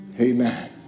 Amen